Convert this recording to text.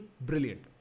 brilliant